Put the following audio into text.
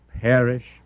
perish